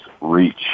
reach